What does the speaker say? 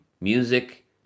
music